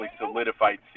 solidified